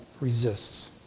resists